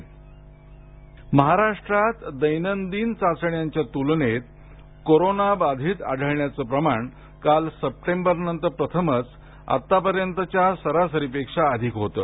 राज्य कोरोना आकडेवारी महाराष्ट्रात दैनंदिन चाचण्यांच्या तुलनेत कोरोनाबाधित आढळण्याचं प्रमाण काल सप्टेबरनंतर प्रथमच आतापर्यंतच्या सरासरीपेक्षा अधिक होतं